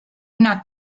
una